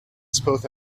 spoke